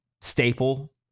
staple